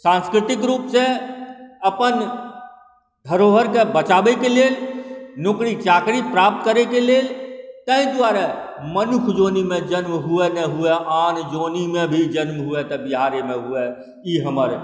सांस्कृतिक रूपसे अपन धरोहरक बचाबैक लेल नौकरी चाकरी प्राप्त करयक लेल ताहि दुआरे मनुष योनिमे जन्म होए न होए आन योनिमे भी जनम हुए हुए तऽ बिहारेमे हुए ई हमर